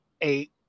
eight